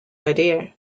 idea